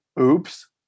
Oops